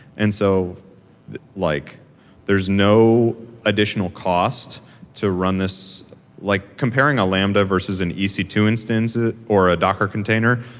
and so like there's no additional cost to run this like comparing a lambda versus an e c two instance ah or a docker container,